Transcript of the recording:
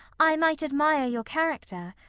i might admire your character,